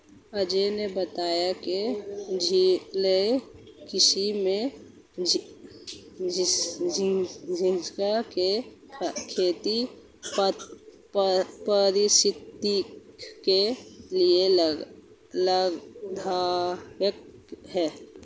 अजय ने बताया कि जलीय कृषि में झींगा की खेती पारिस्थितिकी के लिए लाभदायक है